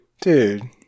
Dude